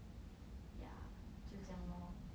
yeah 就这样 lor